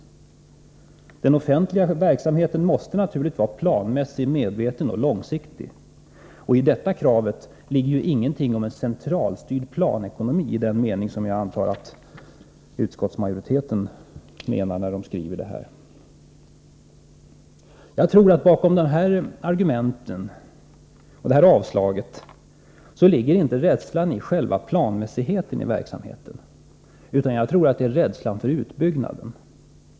Den offentliga verksamheten måste naturligtvis vara planmässig, medveten och långsiktig. I detta krav ligger ju ingenting av centralstyrd planekonomi i den mening som jag antar att utskottsmajoriteten hade i tankarna, när den skrev betänkandet. Jag tror att bakom dessa argument och detta avslag ligger inte rädsla för själva planmässigheten i verksamheten, utan rädsla för utbyggnaden.